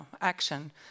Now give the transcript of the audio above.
action